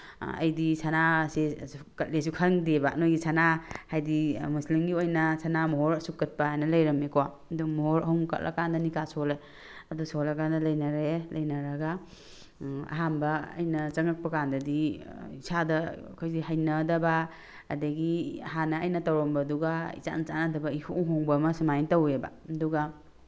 ꯑꯩꯗꯤ ꯁꯅꯥꯁꯦ ꯀꯠꯂꯦꯁꯨ ꯈꯪꯗꯦꯕ ꯅꯣꯏꯒꯤ ꯁꯅꯥ ꯍꯥꯏꯗꯤ ꯃꯨꯁꯂꯤꯝꯒꯤ ꯑꯣꯏꯅ ꯁꯅꯥ ꯃꯣꯍꯣꯔ ꯑꯁꯨꯛ ꯀꯠꯄ ꯍꯥꯏꯅ ꯂꯩꯔꯝꯃꯤꯀꯣ ꯑꯗꯨ ꯃꯣꯍꯣꯔ ꯑꯍꯨꯝ ꯀꯠꯂꯒꯀꯥꯟꯗ ꯅꯤꯀꯥ ꯁꯣꯜꯂꯦ ꯑꯗꯨ ꯁꯣꯜꯂꯀꯥꯟꯗ ꯂꯩꯅꯔꯛꯑꯦ ꯂꯩꯅꯔꯒ ꯑꯍꯥꯟꯕ ꯑꯩꯅ ꯆꯪꯉꯛꯄ ꯀꯥꯟꯗꯗꯤ ꯏꯁꯥꯗ ꯑꯩꯈꯣꯏꯒꯤ ꯍꯩꯅꯗꯕ ꯑꯗꯒꯤ ꯍꯥꯟꯅ ꯑꯩꯅ ꯇꯧꯔꯝꯕꯗꯨꯒ ꯏꯆꯥꯟ ꯆꯥꯟꯅꯗꯕ ꯏꯍꯣꯡ ꯍꯣꯡꯕ ꯑꯃ ꯁꯨꯃꯥꯏꯅ ꯇꯧꯋꯦꯕ ꯑꯗꯨꯒ